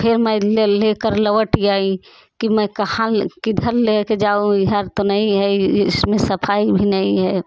फिर मैं ले कर लौट आई कि मैं कहाँ ले किधर ले के जाऊँ इधर तो नहीं है इसमें सफाई भी नहीं है